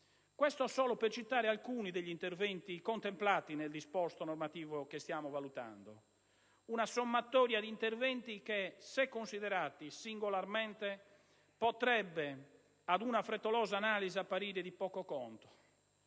questo solo per citare alcuni degli interventi contemplati nel disposto normativo che stiamo valutando. Si tratta di una sommatoria di interventi che, se considerati singolarmente, potrebbero ad una frettolosa analisi apparire di poco conto,